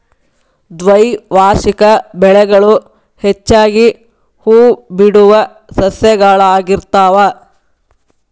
ದ್ವೈವಾರ್ಷಿಕ ಬೆಳೆಗಳು ಹೆಚ್ಚಾಗಿ ಹೂಬಿಡುವ ಸಸ್ಯಗಳಾಗಿರ್ತಾವ